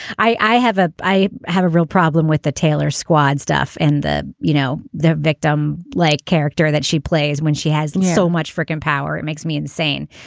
i i have a i have a real problem with the taylor squad stuff and the you know the victim like character that she plays when she has so much frickin power it makes me insane.